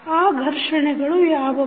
ಆ ಘರ್ಷಣೆಗಳು ಯಾವವು